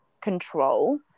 control